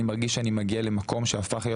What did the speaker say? אני מרגיש שאני מגיע למקום שהפך להיות